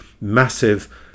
massive